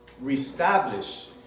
reestablish